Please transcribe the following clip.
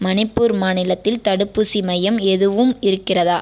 மணிப்பூர் மாநிலத்தில் தடுப்பூசி மையம் எதுவும் இருக்கிறதா